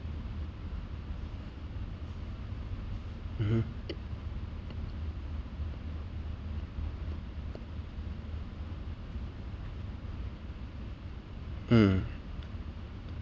mmhmm mm